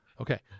Okay